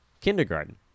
Kindergarten